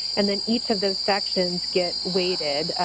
and then each of those sections get weighted,